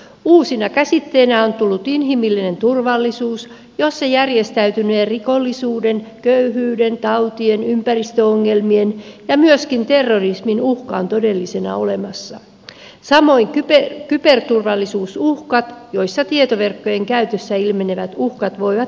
uusina käsitteinä on tullut inhimillinen turvallisuus jossa järjestäytyneen rikollisuuden köyhyyden tautien ympäristöongelmien ja myöskin terrorismin uhka on todellisena olemassa samoin kyberturvallisuusuhkat joissa tietoverkkojen käytössä ilmenevät uhkat voivat muuttua todellisiksi